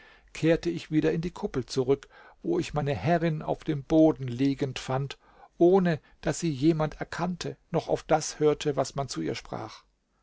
kehrte ich wieder in die kuppel zurück wo ich meine herrin auf dem boden liegend fand ohne daß sie jemand erkannte noch auf das hörte was man zu ihr sprach